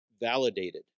validated